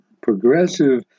progressive